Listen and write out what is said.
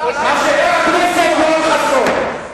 חבר הכנסת יואל חסון,